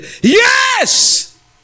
yes